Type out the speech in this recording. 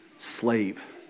slave